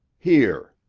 here.